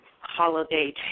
holiday